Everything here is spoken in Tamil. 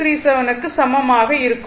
637 க்கு சமமாக இருக்கும்